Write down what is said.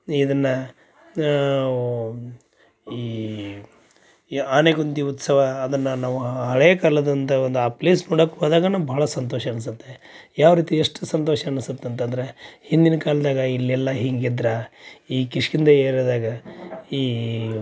ಇದನ್ನು ಈ ಈ ಆನೆಗುಂದಿ ಉತ್ಸವ ಅದನ್ನು ನಾವು ಹಳೆಯ ಕಾಲದಿಂದ ಒಂದು ಆ ಪ್ಲೇಸ್ ನೋಡಕ್ಕೆ ಹೋದಾಗನೂ ಭಾಳ ಸಂತೋಷ ಅನ್ಸುತ್ತೆ ಯಾವ ರೀತಿ ಎಷ್ಟು ಸಂತೋಷ ಅನಿಸತ್ತೆ ಅಂತಂದರೆ ಹಿಂದಿನ ಕಾಲದಾಗ ಇಲ್ಲೆಲ್ಲ ಹಿಂಗಿದ್ರೆ ಈ ಕಿಷ್ಕಿಂಧೆ ಏರ್ಯಾದಾಗ ಈ